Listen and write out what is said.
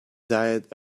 diet